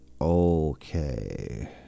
Okay